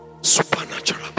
supernatural